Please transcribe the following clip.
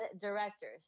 directors